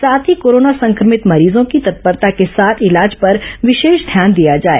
साथ ही कोरोना संक्रमित मरीजों की तत्परता के साथ इलाज पर विशेष ध्यान दिया जाए